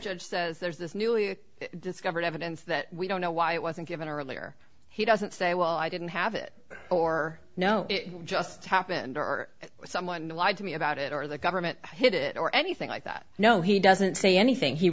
judge says there's this newly discovered evidence that we don't know why it wasn't given earlier he doesn't say well i didn't have it or know it just happened or someone lied to me about it or the government hid it or anything like that no he doesn't say anything he